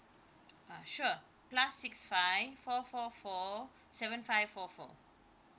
uh sure plus six five four four four seven five four four